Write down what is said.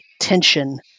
tension